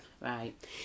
Right